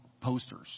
posters